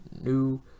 new